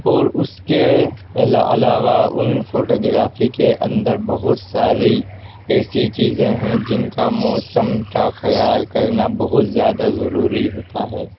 اور اس کے علاوہ ان فوٹوگرافی کے اندر بہت ساری ایسی چیزیں ہیں جن کا موسم کا خیال کرنا بہت زیادہ ضروری ہوتا ہے